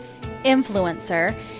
influencer